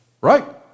Right